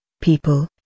people